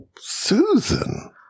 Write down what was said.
Susan